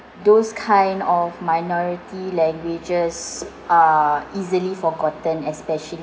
those kind of minority languages are easily forgotten especially